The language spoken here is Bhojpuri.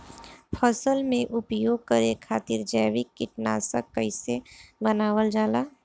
फसल में उपयोग करे खातिर जैविक कीटनाशक कइसे बनावल जाला?